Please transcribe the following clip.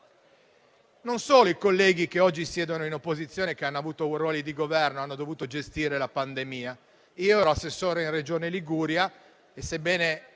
Non solo i colleghi che oggi siedono all'opposizione e che hanno avuto ruoli di Governo hanno dovuto gestire la pandemia. Io ero assessore presso la Regione Liguria e, sebbene